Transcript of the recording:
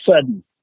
sudden